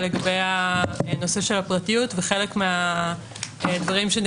על נושא הפרטיות וחלק מהדברים שנאמרו.